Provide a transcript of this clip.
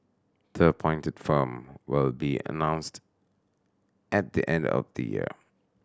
the appointed firm will be announced at the end of the year